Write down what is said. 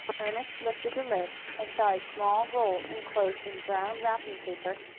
ernest lifted the lid, and saw a small roll inclosed in brown wrapping paper,